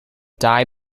die